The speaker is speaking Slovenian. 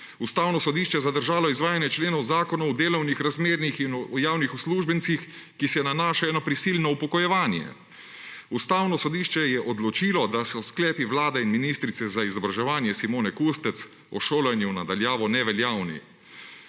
Ustavno sodišče je zadržalo izvajanje členov zakonov o delovnih razmerjih in o javnih uslužbencih, ki se nanašajo na prisilno upokojevanje. Ustavno sodišče je odločilo, da so sklepi Vlade in ministrice za izobraževanje Simone Kustec o šolanju na daljavo neveljavni.